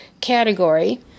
category